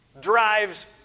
Drives